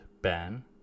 Ben